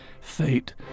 fate